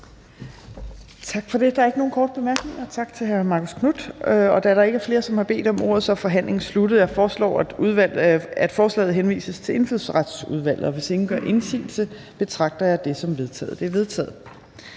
Tak for det. Der er ikke nogen korte bemærkninger, så tak til hr. Marcus Knuth. Da der ikke er flere, som har bedt om ordet, er forhandlingen sluttet. Jeg foreslår, at forslaget til folketingsbeslutning henvises til Indfødsretsudvalget. Og hvis ingen gør indsigelse, betragter jeg det som vedtaget. Det er vedtaget.